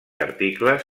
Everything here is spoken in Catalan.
articles